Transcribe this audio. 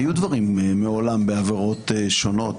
היו דברים מעולם בעבירות שונות.